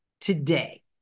today